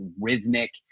rhythmic